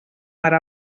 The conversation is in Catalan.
ara